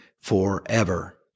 forever